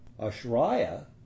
ashraya